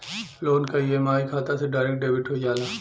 loan क EMI खाता से डायरेक्ट डेबिट हो जाला